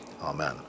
Amen